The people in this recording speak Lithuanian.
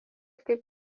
kaip